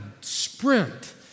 sprint